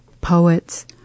poets